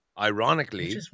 ironically